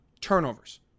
turnovers